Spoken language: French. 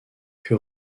que